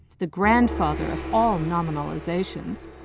the grandfather of all nominalizations,